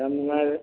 ꯌꯥꯝ ꯅꯨꯡꯉꯥꯏꯔꯦ